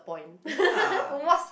ya